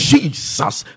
Jesus